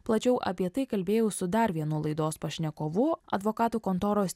plačiau apie tai kalbėjau su dar vienu laidos pašnekovu advokatų kontoros